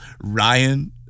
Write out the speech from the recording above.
Ryan